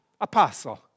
apostle